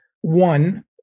One